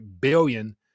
billion